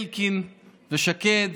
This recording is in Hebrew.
אלקין ושקד